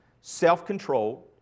self-controlled